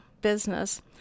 business